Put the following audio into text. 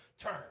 turn